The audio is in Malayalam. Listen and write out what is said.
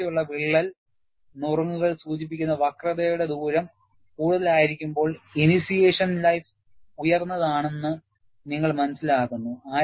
മൂർച്ചയുള്ള വിള്ളൽ നുറുങ്ങുകൾ സൂചിപ്പിക്കുന്ന വക്രതയുടെ ദൂരം കൂടുതലായിരിക്കുമ്പോൾ ഇനിഷേയ്ഷൻ ലൈഫ് ഉയർന്നതാണെന്ന് നിങ്ങൾ മനസ്സിലാക്കുന്നു